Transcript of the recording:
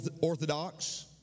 Orthodox